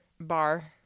bar